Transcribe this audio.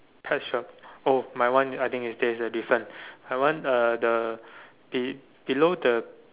pet shop oh my one I think is there's a difference my one uh the be~ below the